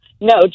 No